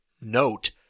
note